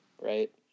right